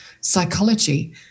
psychology